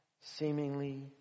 seemingly